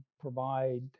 provide